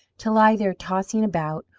to lie there tossing about,